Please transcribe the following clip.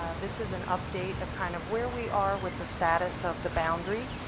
ah this is an update of kind of where we are with the status of the boundary,